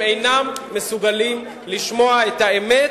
והם אינם מסוגלים לשמוע את האמת.